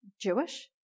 Jewish